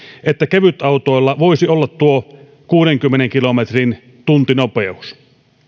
että ke vytautoilla voisi olla tuo kuudenkymmenen kilometrin tuntinopeus